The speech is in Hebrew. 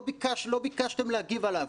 לא ביקשתם להגיב עליו.